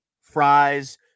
Fries